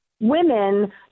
women